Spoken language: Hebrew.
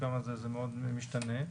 זה מאוד משתנה.